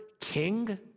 king